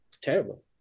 Terrible